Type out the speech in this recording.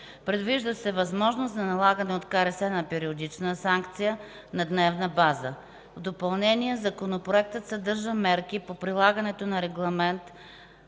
Предвижда се възможност за налагане от КРС на периодична санкция на дневна база. В допълнение, Законопроектът съдържа мерки по прилагането на Регламент